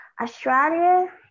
Australia